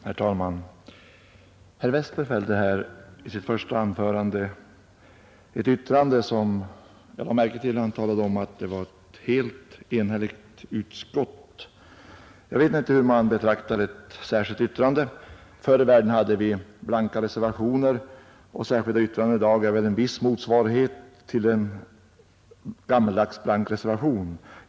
Herr talman! Herr Westberg i Ljusdal fällde i sitt första anförande ett yttrande som jag lade märke till: han talade om ett helt enhälligt utskott. Jag vet inte hur man betraktar ett särskilt yttrande. Förr i världen hade vi blanka reservationer, och särskilda yttranden i dag är väl i viss mån en motsvarighet till det gammaldags blanka reservationer.